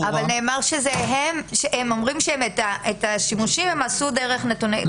--- אבל הם אומרים שאת השימושים הם עשו דרך נתוני תקשורת.